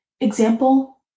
example